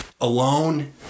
alone